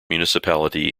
municipality